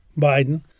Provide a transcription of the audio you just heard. Biden